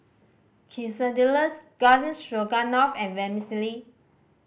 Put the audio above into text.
Quesadillas Garden Stroganoff and Vermicelli